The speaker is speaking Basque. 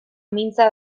mintza